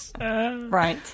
Right